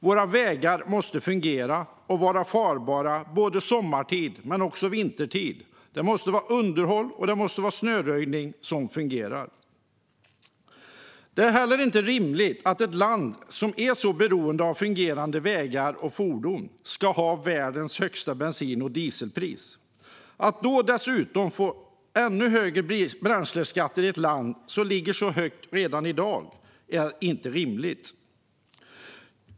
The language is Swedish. Våra vägar måste fungera och vara farbara både sommartid och vintertid. Underhåll och snöröjning måste fungera. Det är heller inte rimligt att ett land som är så beroende av fungerande vägar och fordon ska ha världens högsta bensin och dieselpriser. Att det dessutom blir ännu högre bränsleskatter i ett land där skatterna redan i dag ligger högt är inte rimligt.